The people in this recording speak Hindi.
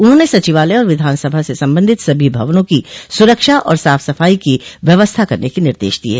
उन्होंने सचिवालय और विधानसभा से सम्बंधित सभी भवनों की सुरक्षा और साफ सफाई की व्यवस्था करने के निर्देश दिये